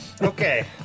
Okay